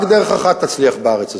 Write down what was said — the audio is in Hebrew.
רק דרך אחת תצליח בארץ הזאת,